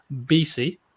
BC